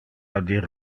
audir